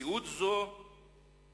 מציאות זו